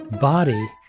body